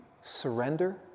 surrender